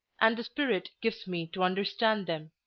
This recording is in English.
and the spirit gives me to understand them.